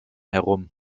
herum